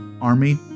army